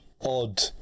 odd